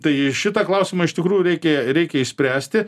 tai šitą klausimą iš tikrųjų reikia reikia išspręsti